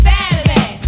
Saturday